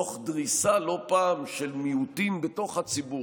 תוך דריסה לא פעם של מיעוטים בתוך הציבור